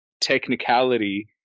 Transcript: technicality